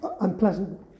unpleasant